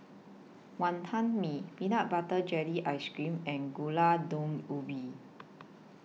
Wonton Mee Peanut Butter Jelly Ice Cream and Gulai Daun Ubi